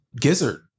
gizzard